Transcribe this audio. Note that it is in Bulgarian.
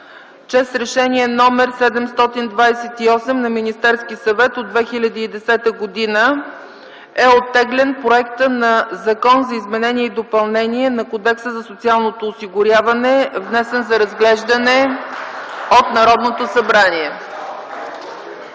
че с Решение № 728 на Министерския съвет от 2010 г. е оттеглен Проектът на Закон за изменение и допълнение на Кодекса за социалното осигуряване, внесен за разглеждане от Народното събрание.